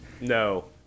no